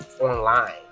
online